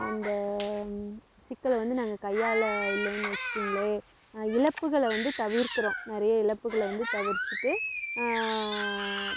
அந்த சிக்கலை வந்து நாங்கள் கையாள இல்லைன்னு வச்சிக்கோங்களேன் இழப்புகளை வந்து தவிர்க்கிறோம் நிறைய இழப்புகளை வந்து தவிர்த்திட்டு